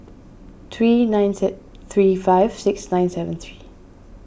three nine six three five six nine seven three